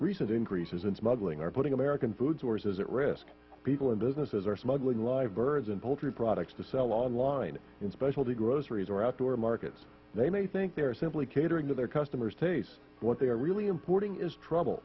recent increases in smuggling are putting american food sources at risk people and businesses are smuggling live birds and poultry products to sell online in specialty groceries or outdoor markets they may think they're simply catering to their customer's tastes what they are really importing is trouble